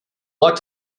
like